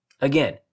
Again